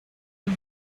los